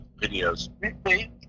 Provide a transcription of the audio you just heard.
videos